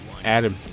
Adam